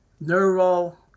neural